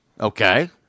Okay